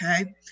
Okay